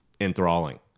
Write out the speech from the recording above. enthralling